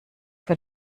für